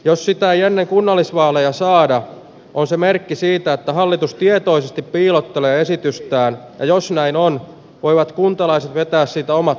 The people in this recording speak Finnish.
jos sitä ei ennen kunnallisvaaleja saada on se merkki siitä että hallitus tietoisesti piilotteleesitystään ja jos näin on voivat kuntalaiset vetää siitä omat